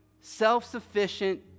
self-sufficient